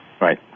Right